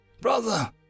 Brother